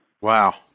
Wow